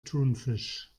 thunfisch